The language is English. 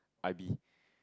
I B